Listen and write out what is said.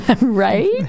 Right